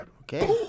Okay